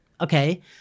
okay